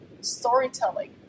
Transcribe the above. storytelling